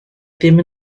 ddim